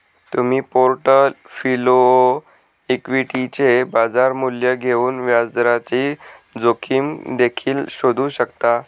तुम्ही पोर्टफोलिओ इक्विटीचे बाजार मूल्य घेऊन व्याजदराची जोखीम देखील शोधू शकता